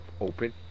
open